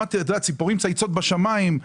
ציפורים מצייצות בשמים,